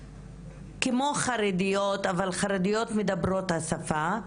כמו חרדיות אבל חרדיות דוברות את השפה,